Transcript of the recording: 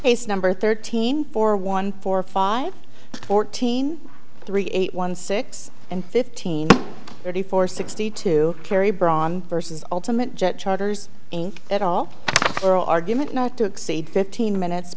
case number thirteen four one four five fourteen three eight one six and fifteen thirty four sixty two carrie braun versus ultimate jet charters it all oral argument not to exceed fifteen minutes